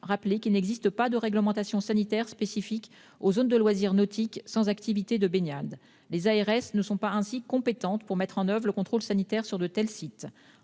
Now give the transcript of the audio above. rappeler qu'il n'existe pas de réglementation sanitaire spécifique aux zones de loisirs nautiques sans activité de baignade. Les ARS ne sont ainsi pas compétentes pour mettre en oeuvre un contrôle sanitaire sur de tels sites.